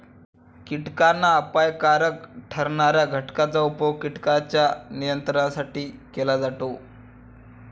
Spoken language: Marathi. कीटकांना अपायकारक ठरणार्या घटकांचा उपयोग कीटकांच्या नियंत्रणासाठी केला जातो